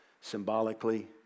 symbolically